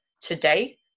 today